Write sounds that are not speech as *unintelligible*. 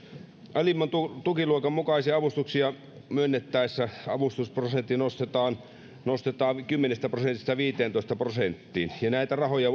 alimman tukiluokan mukaisia avustuksia myönnettäessä avustusprosentti nostetaan nostetaan kymmenestä prosentista viiteentoista prosenttiin ja näitä rahoja *unintelligible*